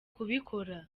kubikora